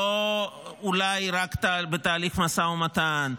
לא אולי רק בתהליך משא ומתן,